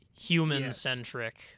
human-centric